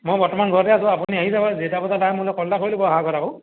মই বৰ্তমান ঘৰতে আছোঁ আপুনি আহি যাব যেইটা বজাত আহে মোৰ লৈ কল এটা কৰি দিব অহাৰ আগত আকৌ